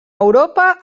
europa